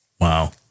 Wow